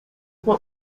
what